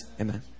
Amen